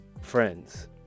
Friends